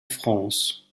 france